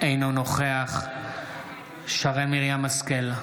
אינו נוכח שרן מרים השכל,